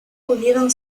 pudieron